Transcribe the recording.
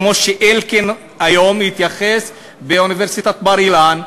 כמו שאלקין היום התייחס באוניברסיטת בר-אילן,